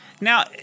Now